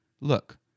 look